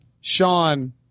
Sean